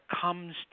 comes